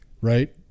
right